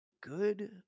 Good